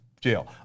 jail